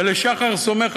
ולשחר סומך,